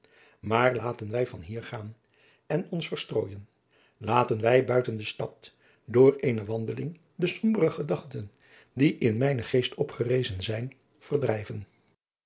maar laten wij van hier gaan en ons verstrooijen laten wij buiten de stad door eene wandeling de sombere gedachten die in mijnen geest opgerezen zijn verdrijven